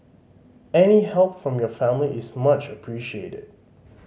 any help from your family is much appreciated